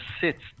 sits